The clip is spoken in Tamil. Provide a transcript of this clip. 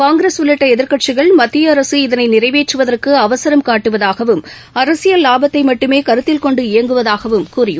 காங்கிரஸ் உள்ளிட்டஎதிர்க்கட்சிகள் மத்தியஅரசு இதனைநிறைவேற்றுவதற்குஅவசரம் காட்டுவதாகவும் அரசியல் லாபத்தைமட்டுமேகருத்தில்கொண்டு இயங்குவதாகவும் கூறின